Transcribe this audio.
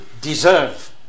deserve